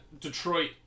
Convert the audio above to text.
Detroit